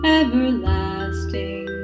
everlasting